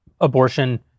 abortion